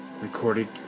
recorded